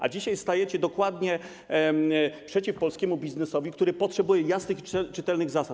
A dzisiaj stajecie dokładnie przeciw polskiemu biznesowi, który potrzebuje jasnych i czytelnych zasad.